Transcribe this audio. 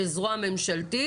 של זרוע ממשלתית,